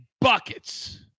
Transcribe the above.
buckets